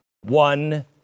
one